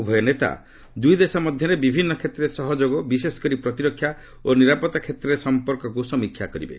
ଉଭୟ ନେତା ଦୁଇ ଦେଶ ମଧ୍ୟରେ ବିଭିନ୍ନ କ୍ଷେତ୍ରରେ ସହଯୋଗ ବିଶେଷକରି ପ୍ରତିରକ୍ଷା ଓ ନିରାପତ୍ତା କ୍ଷେତ୍ରରେ ସମ୍ପର୍କକୁ ସମୀକ୍ଷା କରିବେ